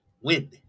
win